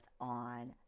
on